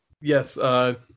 Yes